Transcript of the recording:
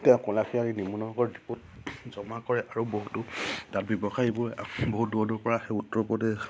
তেওঁ ক'লাখীয়া নিমুনগৰ দ্বীপত জমা কৰে আৰু বহুতো তাত ব্যৱসায়ীবোৰ বহুত দূৰ দূৰৰপৰা সেই উত্তৰ প্ৰদেশ